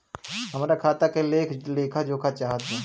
हमरा खाता के लेख जोखा चाहत बा?